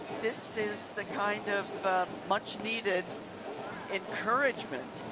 this is the kind of much needed encouragement.